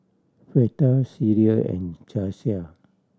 Fleta Celia and Jasiah